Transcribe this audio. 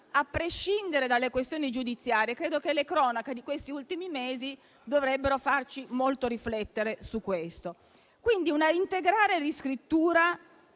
a prescindere dalle questioni giudiziarie, credo che le cronache di questi ultimi mesi dovrebbero farci molto riflettere su questo. Vi sono quindi un'integrale riscrittura